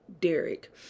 Derek